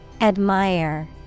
Admire